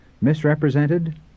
misrepresented